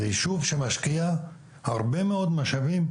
חורפיש הוא ישוב שמשקיע הרבה מאוד משאבים,